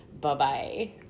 Bye-bye